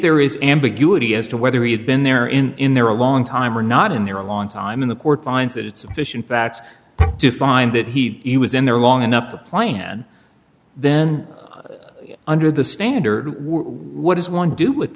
there is ambiguity as to whether he had been there in in there a long time or not in their long time in the court finds it sufficient facts to find that he was in there long enough to plan then under the standard what does one do with